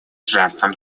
жертвам